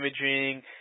imaging